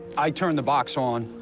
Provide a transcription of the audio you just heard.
i turn the box on,